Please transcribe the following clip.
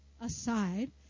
aside